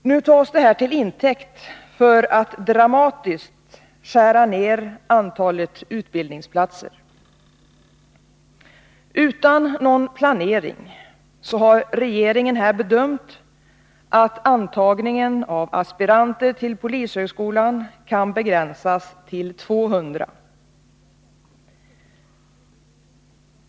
Nu tas detta till intäkt för att dramatiskt skära ner antalet utbildningsplatser. Utan någon planering har regeringen här bedömt att antagningen av aspiranter till polishögskolan kan begränsas till 200.